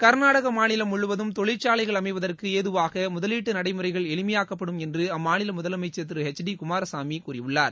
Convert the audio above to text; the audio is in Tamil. கர்நாடக மாநிலம் முழுவதும் தொழிற்சாலைகள் அமைவதற்கு ஏதுவாக முதவீட்டு நடைமுறைகள் எளிமையாக்கப்படும் என்று அம்மாநில முதலமைச்சர் திரு எச் டி குமாரசாமி கூறியுள்ளார்